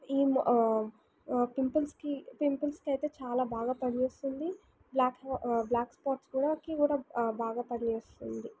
ఈ మా పింపుల్స్కి పింపుల్స్కయితే చాలా బాగా పనిచేస్తుంది బ్ల్యాక్ బ్ల్యాక్ స్పాట్స్కి కూడా బాగా పనిచేస్తుంది